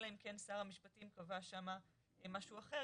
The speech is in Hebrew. אלא אם כן שר המשפטים קבע שם משהו אחר,